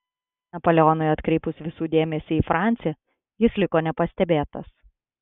napoleonui atkreipus visų dėmesį į francį jis liko nepastebėtas